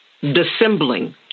dissembling